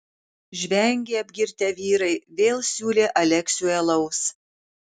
žvengė apgirtę vyrai vėl siūlė aleksiui alaus